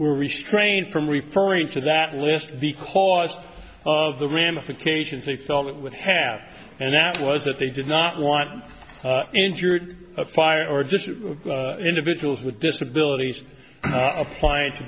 were restrained from referring to that list because of the ramifications they felt it would have and that was that they did not want injured fire or just individuals with disabilities applying to